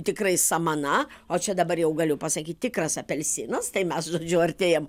tikrai samana o čia dabar jau galiu pasakyt tikras apelsinas tai mes žodžiu artėjam